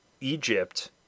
Egypt